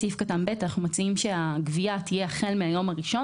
בסעיף קטן (ב) אנחנו מציעים שהגבייה תהיה החל מהיום הראשון,